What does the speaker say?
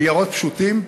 ניירות פשוטים,